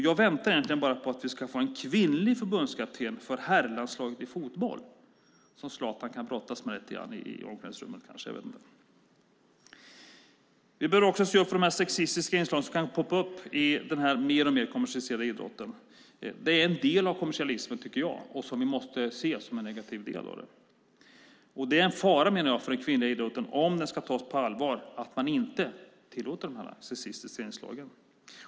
Jag väntar egentligen bara på att vi ska få en kvinnlig förbundskapten för herrlandslaget i fotboll som Zlatan kanske kan brottas med lite grann i omklädningsrummet. Vi bör också se upp för de sexistiska inslag som kan poppa i den mer och mer kommersialiserade idrotten. Det är en del av kommersialismen som vi måste se som negativ. Jag menar att det är en fara för den kvinnliga idrotten. Om den ska tas på allvar får man inte tillåta de här sexistiska inslagen.